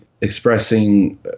expressing